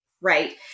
Right